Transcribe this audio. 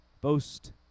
boast